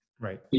Right